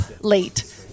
late